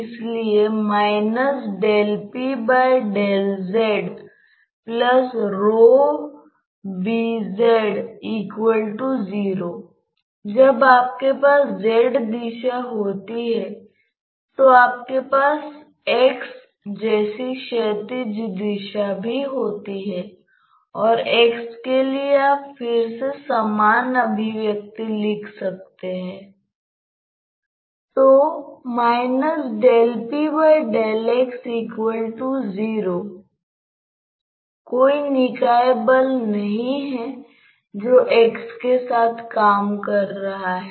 इसलिए यदि यह प्लस u कहे तो वेग के साथ दाईं ओर जाता है तो इसी तरह यह प्रवृत्ति होगी कि कुछ द्रव कण समान स्थिति में बाईं ओर u के साथ जाते हैं